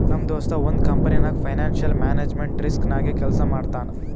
ನಮ್ ದೋಸ್ತ ಒಂದ್ ಕಂಪನಿನಾಗ್ ಫೈನಾನ್ಸಿಯಲ್ ಮ್ಯಾನೇಜ್ಮೆಂಟ್ ರಿಸ್ಕ್ ನಾಗೆ ಕೆಲ್ಸಾ ಮಾಡ್ತಾನ್